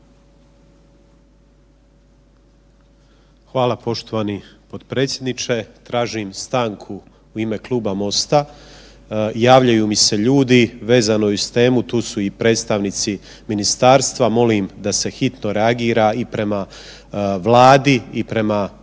Hvala poštovani potpredsjedniče. Tražim stanku u ime kluba MOST-a, javljaju mi se ljudi vezano uz temu, tu su i predstavnici ministarstva molim da se hitno reagira i prema Vladi i prema HNB-u.